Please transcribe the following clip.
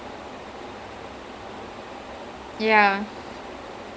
ah ah and it became a hit also which was surprising to me lah